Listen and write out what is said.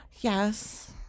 Yes